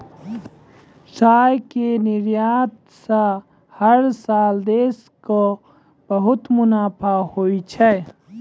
चाय के निर्यात स हर साल देश कॅ बहुत मुनाफा होय छै